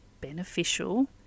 beneficial